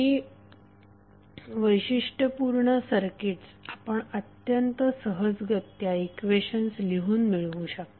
ही वैशिष्ट्यपूर्ण सर्किट्स आपण अत्यंत सहजगत्या इक्वेशन्स लिहून मिळवू शकता